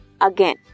again